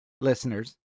listeners